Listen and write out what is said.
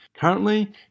Currently